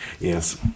Yes